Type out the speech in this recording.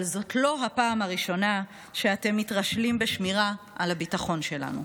אבל זאת לא הפעם הראשונה שאתם מתרשלים בשמירה על הביטחון שלנו.